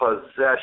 possession